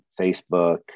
Facebook